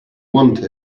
want